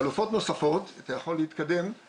החלופות הנוספות משאירות